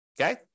Okay